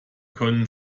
können